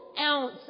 ounce